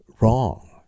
wrong